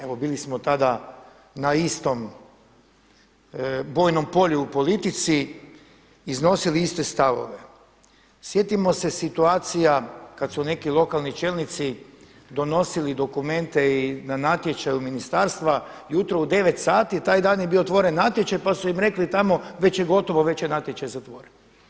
Evo bili smo tada na istom bojnom polju u politici, iznosili iste stavove Sjetimo se situacija kada su neki lokalni čelnici donosili dokumente i na natječaju ministarstva, jutro u 9 sati, taj dan je bio otvoren natječaj pa su im rekli tamo već je gotovo, već je natječaj zatvoren.